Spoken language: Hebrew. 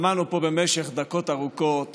שמענו פה במשך דקות ארוכות